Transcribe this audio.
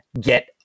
Get